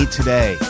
today